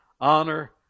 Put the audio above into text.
honor